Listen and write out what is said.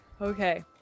Okay